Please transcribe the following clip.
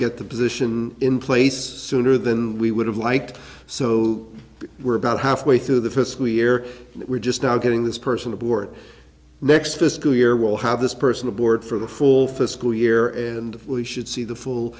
get the position in place sooner than we would have liked so we're about halfway through the fiscal year that we're just now getting this person to board next fiscal year we'll have this person aboard for the full fiscal year and we should see the full